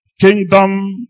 Kingdom